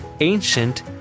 ancient